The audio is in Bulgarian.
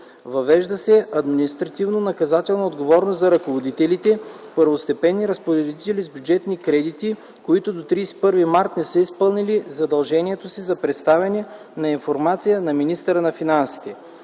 Въвежда се административнонаказателна отговорност за ръководителите – първостепенни разпоредители с бюджетни кредити, които до 31 март не са изпълнили задължението си за представяне на информация на министъра на финансите.